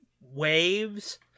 waves